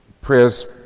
Prayers